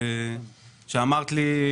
ואמרת לי,